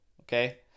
okay